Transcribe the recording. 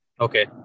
Okay